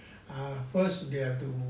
first they have to